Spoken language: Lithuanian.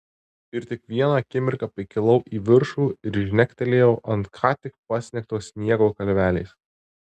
ir tik vieną akimirką pakilau į viršų ir žnektelėjau ant ką tik pasnigto sniego kalvelės